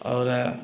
और